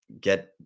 get